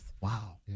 Wow